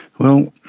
well,